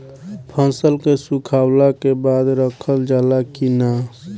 फसल के सुखावला के बाद रखल जाला कि न?